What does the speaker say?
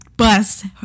bus